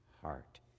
heart